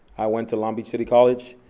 i went to long beach city college.